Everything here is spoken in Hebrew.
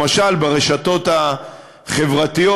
למשל ברשתות החברתיות,